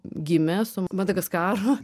gimė su madagaskaru